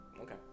Okay